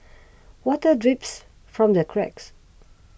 water drips from the cracks